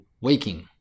waking